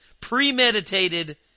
Premeditated